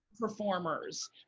performers